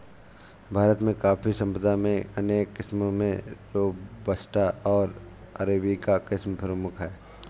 भारत में कॉफ़ी संपदा में अनेक किस्मो में रोबस्टा ओर अरेबिका किस्म प्रमुख है